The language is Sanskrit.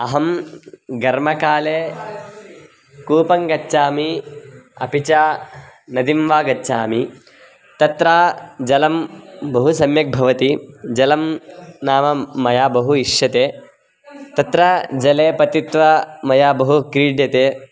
अहं गर्मकाले कूपं गच्छामि अपि च नदीं वा गच्छामि तत्र जलं बहु सम्यक् भवति जलं नाम मया बहु इष्यते तत्र जले पतित्वा मया बहु क्रीड्यते